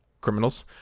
criminals